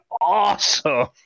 awesome